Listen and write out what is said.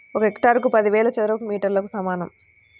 ఒక హెక్టారు పదివేల చదరపు మీటర్లకు సమానం